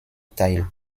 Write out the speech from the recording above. teil